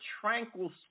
tranquil